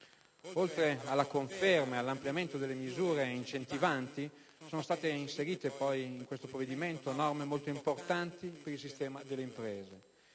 Oltre alla conferma e all'ampliamento delle misure incentivanti, sono state poi inserite norme molto importanti per il sistema delle imprese.